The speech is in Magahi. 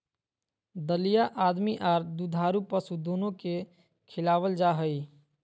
दलिया आदमी आर दुधारू पशु दोनो के खिलावल जा हई,